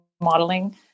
modeling